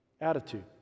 attitude